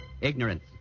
ignorance